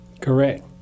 Correct